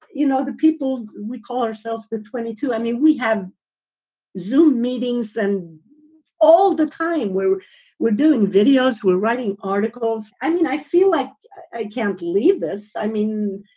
you know, the people we call ourselves the twenty two. i mean, we have zoo meetings and all the time where we're doing videos, we're running articles. i mean, i feel like i can't leave this. i mean,